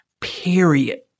Period